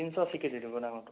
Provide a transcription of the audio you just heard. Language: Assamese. তিনিশ আশীকে দি দিব ডাঙৰটো